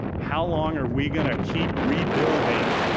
how long are we gonna keep rebuilding